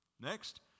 Next